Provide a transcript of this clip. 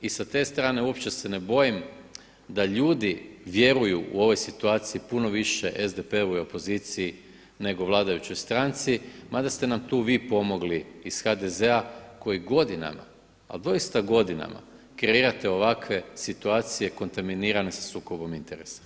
I sa te strane uopće se ne bojim da ljudi vjeruju u ovoj situaciji puno više SDP-u i opoziciji nego vladajućoj stranci mada ste nam tu vi pomogli iz HDZ-a koji godinama, ali doista godinama kreirate ovakve situacije kontaminirane sa sukobom interesa.